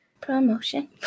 Promotion